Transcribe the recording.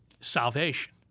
salvation